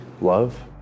love